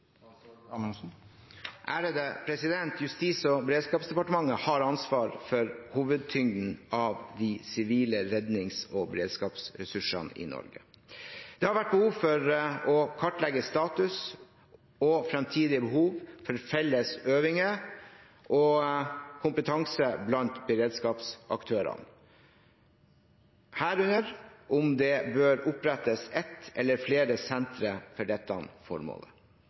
Justis- og beredskapsdepartementet har ansvar for hovedtyngden av de sivile rednings- og beredskapsressursene i Norge. Det har vært behov for å kartlegge status og framtidige behov for felles øvinger og kompetanse blant beredskapsaktørene, herunder om det bør opprettes ett eller flere sentre for dette formålet.